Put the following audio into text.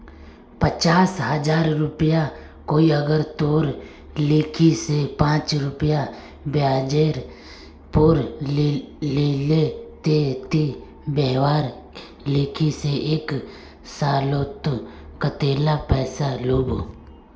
पचास हजार रुपया कोई अगर तोर लिकी से पाँच रुपया ब्याजेर पोर लीले ते ती वहार लिकी से एक सालोत कतेला पैसा लुबो?